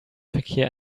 verkehr